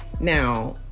Now